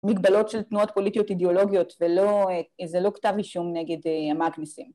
מגבלות של תנועות פוליטיות אידיאולוגיות וזה לא כתב אישום נגד המאגנסים.